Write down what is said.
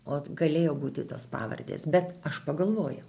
vat galėjo būti tos pavardės bet aš pagalvojau